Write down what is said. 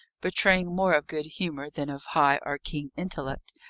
betraying more of good humour than of high or keen intellect,